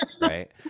Right